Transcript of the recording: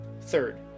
Third